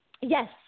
Yes